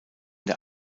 der